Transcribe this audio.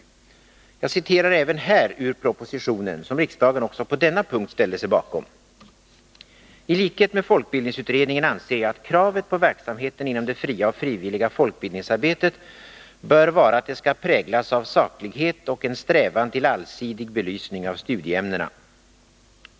Jag citerar även här ur propositionen, som riksdagen också på denna punkt ställde sig bakom: ”I likhet med folkbildningsutredningen anser jag att kravet på verksamheten inom det fria och frivilliga folkbildningsarbetet ——— bör vara att det skall präglas av saklighet och en strävan till allsidig belysning av studieämnena.